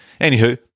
Anywho